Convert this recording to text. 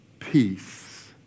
Peace